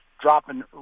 dropping